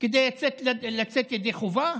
כדי לצאת ידי חובה.